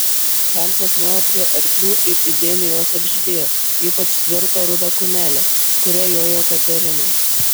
hansas nuėjo prie arklių ir įdėmiai juos apžiūrėjo ypač tvirtą rudą kumelę kuria jojo katerina